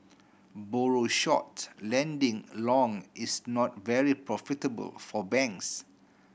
borrow short lending long is not very profitable for banks